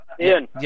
Ian